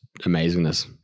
amazingness